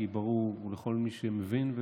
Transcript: כי ברור לכל מי שמבין,